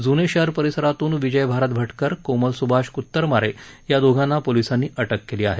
जुने शहर परिसरातून विजय भारत भटकर कोमल सुभाष कुतरमारे या दोघांना पोलिसांनी अटक केली आहे